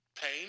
pain